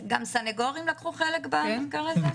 גם סנגורים לקחו חלק במחקר הזה?